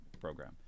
program